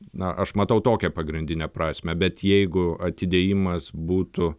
na aš matau tokią pagrindinę prasmę bet jeigu atidėjimas būtų